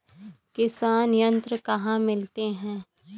किसान यंत्र कहाँ मिलते हैं?